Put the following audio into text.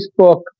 Facebook